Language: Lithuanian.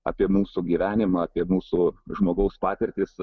apie mūsų gyvenimą apie mūsų žmogaus patirtis